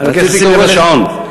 אני מבקש להסתכל בשעון.